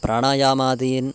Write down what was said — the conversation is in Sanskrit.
प्राणायामादीन्